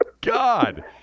God